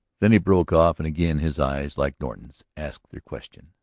then he broke off and again his eyes, like norton's, asked their question.